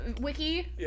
wiki